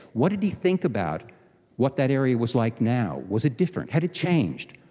what did he think about what that area was like now? was it different, had it changed,